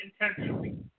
intentionally